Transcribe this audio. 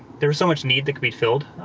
there was so much need that could be filled.